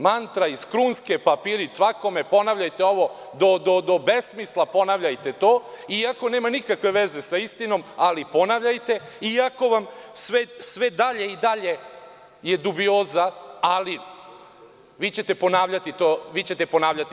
Mantra iz Krunske, papirić svakome, ponavljajte ovo do besmisla, ponavljajte to, iako nema nikakve veze sa istinom, ali ponavljajte iako vam sve dalje, i dalje je dubioza, ali vi ćete ponavljati to i dalje.